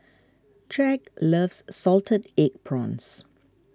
Tyrek loves Salted Egg Prawns